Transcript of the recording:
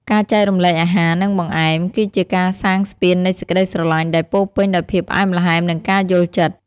ការចែករំលែកអាហារ និងបង្អែម គឺជាការកសាងស្ពាននៃសេចក្ដីស្រឡាញ់ដែលពោរពេញដោយភាពផ្អែមល្ហែម និងការយល់ចិត្ត។